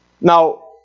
Now